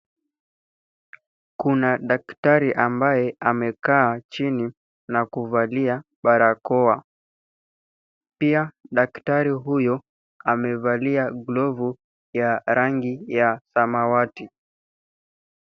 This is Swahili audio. Kuna daktari ambaye amekaa chini na kuvalia barakoa. pia daktari huyo amevalia glovu ya rangi ya samawati.